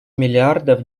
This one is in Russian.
миллиардов